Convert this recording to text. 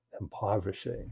impoverishing